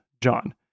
John